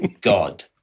God